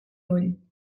ull